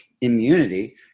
immunity